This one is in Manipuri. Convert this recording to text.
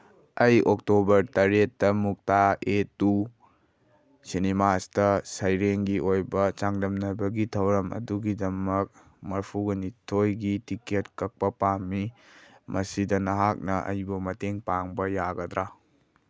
ꯑꯩ ꯑꯣꯛꯇꯣꯕꯔ ꯇꯔꯦꯠꯇ ꯃꯨꯛꯇꯥ ꯑꯦꯇꯨ ꯁꯤꯅꯤꯃꯥꯁꯇ ꯁꯩꯔꯦꯡꯒꯤ ꯑꯣꯏꯕ ꯆꯥꯡꯗꯝꯅꯕꯒꯤ ꯊꯧꯔꯝ ꯑꯗꯨꯒꯤꯗꯃꯛ ꯃꯔꯐꯨꯒ ꯅꯤꯊꯣꯏꯒꯤ ꯇꯤꯀꯦꯠ ꯀꯛꯄ ꯄꯥꯝꯃꯤ ꯃꯁꯤꯗ ꯅꯍꯥꯛꯅ ꯑꯩꯕꯨ ꯃꯇꯦꯡ ꯄꯥꯡꯕ ꯌꯥꯒꯗ꯭ꯔꯥ